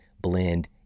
blend